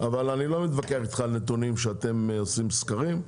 אבל אני לא מתווכח איתך על נתונים שאתם עושים סקרים,